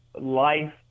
life